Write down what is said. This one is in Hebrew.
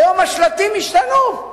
היום השלטים השתנו,